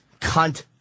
Cunt